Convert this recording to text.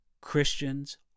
Christians